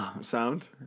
sound